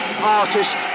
artist